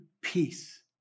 peace